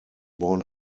born